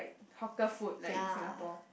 hawker food like in Singapore